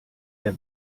der